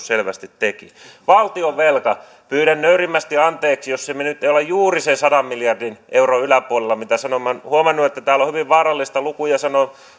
selvästi teki valtionvelka pyydän nöyrimmästi anteeksi jos me emme ole juuri sen sadan miljardin euron yläpuolella mitä sanoin olen huomannut että täällä on hyvin vaarallista sanoa lukuja